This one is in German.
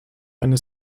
eine